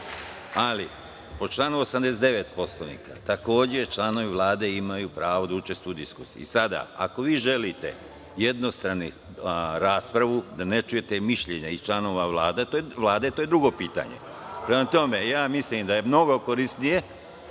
ali po članu 89. Poslovnika takođe članovi Vlade imaju pravo da učestvuju u diskusiji. Sada, ako vi želite jednostranu raspravu, da ne čujete mišljenje i članova Vlade, to je drugo pitanje. Prema tome, mislim da je mnogo korisnije